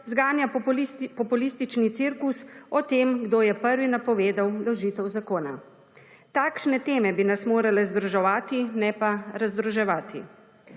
zganja populistični cirkus o tem kdo je prvi napovedal vložitev zakona. Takšne teme bi nas morale združevati, ne pa razdruževati.